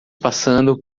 passando